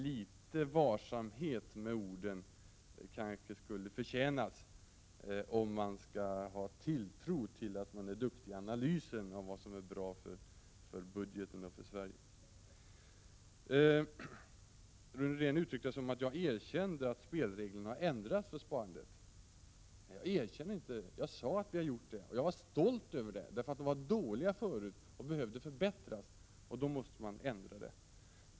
Litet varsamhet med orden skulle kanske vara bra, om man vill vinna tilltro för att vara duktig i analysen av vad som är bra för budgeten och bra för Sverige. Rune Rydén uttryckte det så att jag erkände att spelreglerna för sparandet hade ändrats. Men det var inget erkännande — jag sade att vi hade gjort detta och var stolt över det. Reglerna var ju dåliga förut och behövde förbättras.